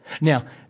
Now